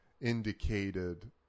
indicated